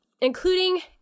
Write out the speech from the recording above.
Including